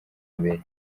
imbere